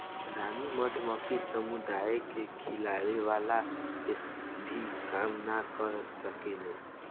रानी मधुमक्खी समुदाय के खियवला के भी काम ना कर सकेले